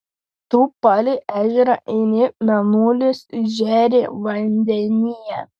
tu palei ežerą eini mėnulis žėri vandenyje